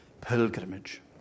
pilgrimage